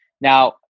Now